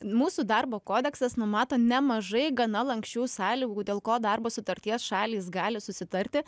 mūsų darbo kodeksas numato nemažai gana lanksčių sąlygų dėl ko darbo sutarties šalys gali susitarti